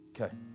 Okay